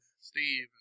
Steve